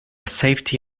safety